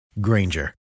Granger